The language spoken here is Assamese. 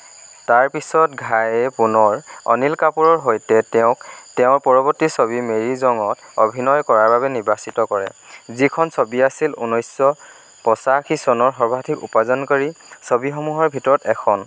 তাৰ পিছত ঘায়ে পুনৰ অনিল কাপুৰৰ সৈতে তেওঁ তেওঁৰ পৰৱৰ্তী ছবি মেৰী জঙত অভিনয় কৰাৰ বাবে নিৰ্বাচিত কৰে যিখন ছবি আছিল ঊনৈছশ পঁচাশী চনৰ সৰ্বাধিক উপাৰ্জনকাৰী ছবিসমূহৰ ভিতৰত এখন